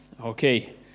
Okay